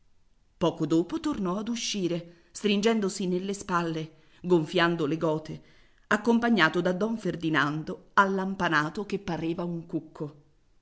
poco dopo tornò ad uscire stringendosi nelle spalle gonfiando le gote accompagnato da don ferdinando allampanato che pareva un cucco